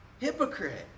hypocrite